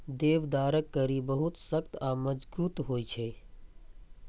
देवदारक कड़ी बहुत सख्त आ मजगूत होइ छै